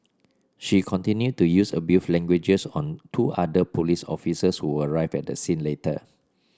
she continued to use abusive language on two other police officers who arrived at the scene later